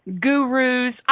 gurus